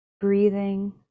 Breathing